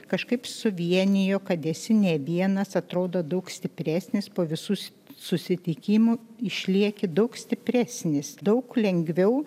kažkaip suvienijo kad esi ne vienas atrodo daug stipresnis po visų su susitikimų išlieki daug stipresnis daug lengviau